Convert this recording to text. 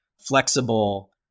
flexible